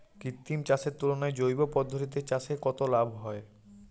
কৃত্রিম চাষের তুলনায় জৈব পদ্ধতিতে চাষে কত লাভ হয়?